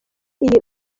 iyi